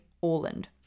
Orland